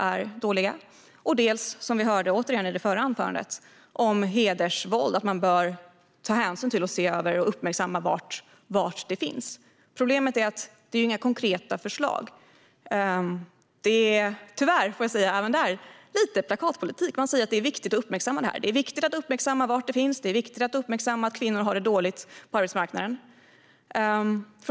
Dels bör man uppmärksamma och se över var hedersvåld finns. Problemet är dock att det inte finns några konkreta förslag. Det är tyvärr lite plakatpolitik. Man säger att det är viktigt att uppmärksamma var hedersvåld finns och att kvinnor har det dåligt på arbetsmarknaden.